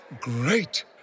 great